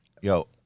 yo